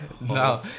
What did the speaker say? no